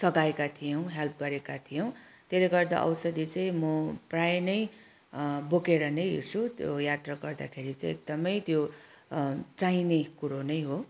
सघाएका थियौँ हेल्प गरेका थियौँ त्यसले गर्दा औषधि चाहिँ म प्राय नै बोकेर नै हिँड्छु त्यो यात्रा गर्दाखेरि चाहिँ एकदमै त्यो चाहिने कुरो नै हो